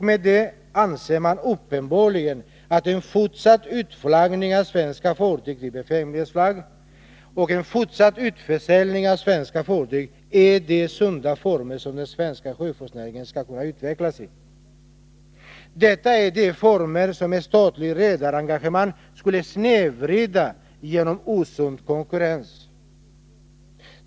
Man anser uppenbarligen att en fortsatt utflaggning av svenska fartyg till bekvämlighetsflagg och en fortsatt utförsäljning av svenska fartyg utgör de sunda former som den svenska sjöfartsnäringen skall kunna utvecklas i. Detta är de former som ett statligt ägarengagemang skulle snedvrida genom osund konkurrens.